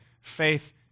faith